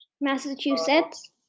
Massachusetts